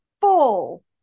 full